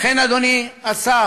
לכן, אדוני השר,